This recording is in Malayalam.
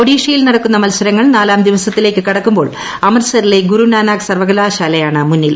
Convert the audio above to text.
ഒഡീഷയിൽ നടക്കുന്ന മത്സരങ്ങൾ നാലാം ദിവസത്തിലേക്ക് കടക്കുമ്പോൾ അമൃത്സറിലെ ഗുരുനാനാക്ക് സർവകലാശാലയാണ് മുന്നിൽ